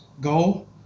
go